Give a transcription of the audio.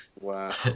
Wow